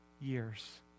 years